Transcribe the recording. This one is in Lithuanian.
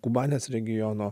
kubanės regiono